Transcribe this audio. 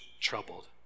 troubled